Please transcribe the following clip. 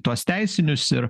tuos teisinius ir